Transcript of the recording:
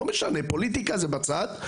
פוליטיקה זה בצד,